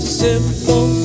simple